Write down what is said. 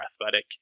athletic